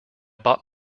bought